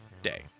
day